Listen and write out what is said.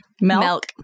Milk